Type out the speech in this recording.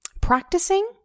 practicing